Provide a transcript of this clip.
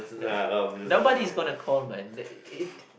nobody is gonna call man th~ it